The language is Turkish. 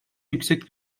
yüksek